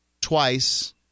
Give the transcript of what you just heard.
twice